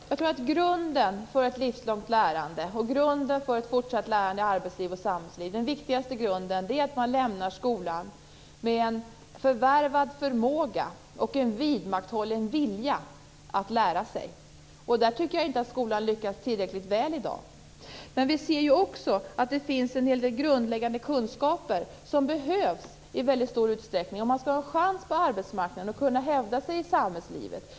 Herr talman! Den viktigaste grunden för ett livslångt lärande, för ett fortsatt lärande i arbetsliv och samhällsliv, är att man lämnar skolan med en förvärvad förmåga och en vidmakthållen vilja att lära sig. Där tycker jag inte att skolan lyckas tillräckligt väl i dag. Men vi ser också att det finns en hel del grundläggande kunskaper som i stor utsträckning behövs om man skall ha en chans på arbetsmarknaden och kunna hävda sig i samhällslivet.